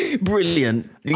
brilliant